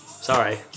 Sorry